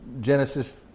Genesis